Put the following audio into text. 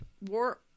War